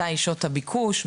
מתי שעות הביקוש,